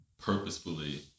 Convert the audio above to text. purposefully